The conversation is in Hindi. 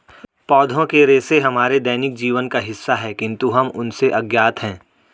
पौधों के रेशे हमारे दैनिक जीवन का हिस्सा है, किंतु हम उनसे अज्ञात हैं